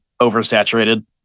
oversaturated